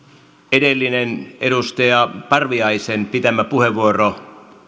edellinen edustaja parviaisen pitämä puheenvuoro